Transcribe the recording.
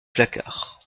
placards